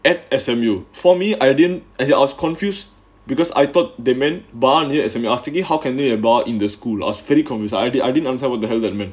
at S_M_U for me I didn't actually I was confused because I thought they meant barn you as me I was thinking how can read about in the school last fity congress idea I didn't answer what the held at me